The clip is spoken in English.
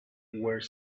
were